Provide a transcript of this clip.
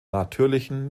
natürlichen